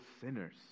sinners